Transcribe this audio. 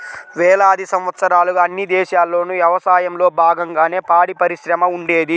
వేలాది సంవత్సరాలుగా అన్ని దేశాల్లోనూ యవసాయంలో బాగంగానే పాడిపరిశ్రమ ఉండేది